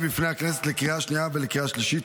לקריאה השנייה ולקריאה השלישית,